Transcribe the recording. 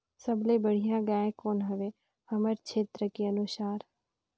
सबले बढ़िया गाय कौन हवे हमर क्षेत्र के अनुसार?